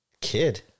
kid